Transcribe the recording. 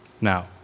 Now